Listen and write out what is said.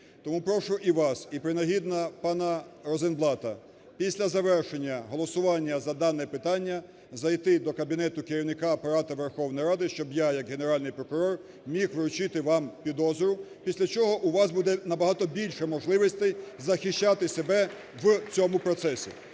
тому прошу і вас, і принагідно пана Розенблата після завершення голосування за дане питання зайти до кабінету керівника Апарату Верховної Ради, щоб я як Генеральний прокурор міг вручити вам підозру, після чого у вас буде набагато більше можливостей захищати себе в цьому процесі.